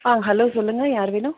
ஆ hello சொல்லுங்கள் யார் வேணும்